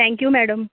thank you madam